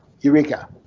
Eureka